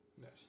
Yes